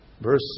Verse